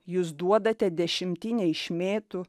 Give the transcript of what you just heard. jūs duodate dešimtinę iš mėtų